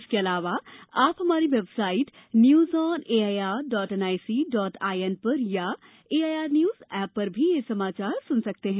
इसके अलावा आप हमारी website news on A I R dot N I C dot I N पर अथवा A I R news app पर भी समाचार सुन सकते हैं